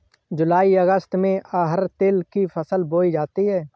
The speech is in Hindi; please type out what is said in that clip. जूलाई अगस्त में अरहर तिल की फसल बोई जाती हैं